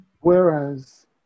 Whereas